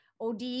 OD